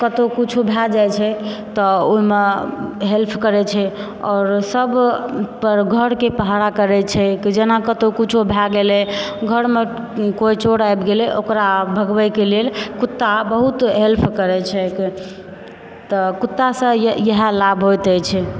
कत्तौ कुछौ भय जाइ छै तऽ ओहि मे हेल्प करै छै आओर सब पर घर के पहरा करै छै जेना कत्तौ कुछौ भय गेलै घर मे कोई चोर आबि गेलै ओकरा भगबे के लेल कुत्ता बहुत हेल्प करै छैक तऽ कुत्ता सऽ इएह लाभ होइत अछि छ